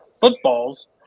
footballs